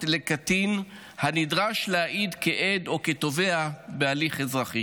לקטין הנדרש להעיד כעד או כתובע בהליך אזרחי